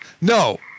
No